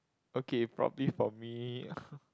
okay probably for me